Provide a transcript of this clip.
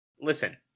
Listen